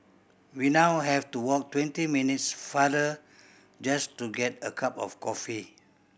we now have to walk twenty minutes farther just to get a cup of coffee